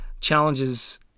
challenges